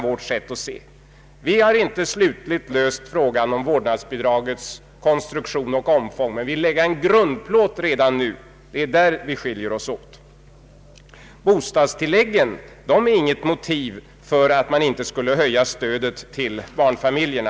Vi har inte slutligt löst frågan om vårdnadsbidragets konstruktion och omfång, men vi vill lägga en grundplåt redan nu. Det är på denna punkt vi skiljer oss åt. Bostadstilläggen är ju inte något motiv för att man inte skall höja stödet till barnfamiljerna.